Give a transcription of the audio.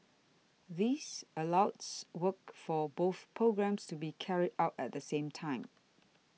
this allows works for both programmes to be carried out at the same time